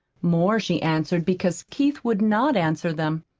more she answered because keith would not answer them.